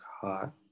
hot